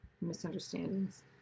misunderstandings